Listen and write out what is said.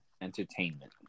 entertainment